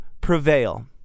prevail